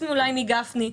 אולי חוץ מגפני,